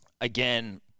again